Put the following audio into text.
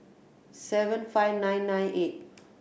seven five nine nine eight